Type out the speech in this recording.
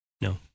No